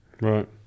Right